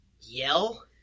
yell